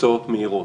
תוצאות מהירות.